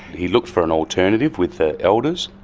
he looked for an alternative with the elders,